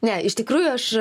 ne iš tikrųjų aš